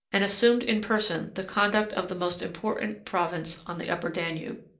and assumed in person the conduct of the most important province on the upper danube.